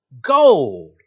Gold